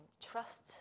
Trust